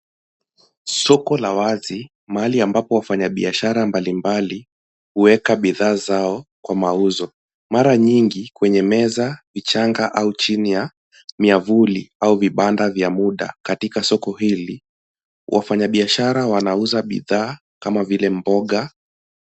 Soko la wazi mahali ambapo wafanyabiashara mbalimbali hueka bidhaa zao kwa mauzo ,mara nyingi kwenye meza, vichanga au chini ya miavuli au vibada vya muda katika soko hili ,wafanya biashara wanauza bidhaa kama vile mboga.